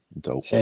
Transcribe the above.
dope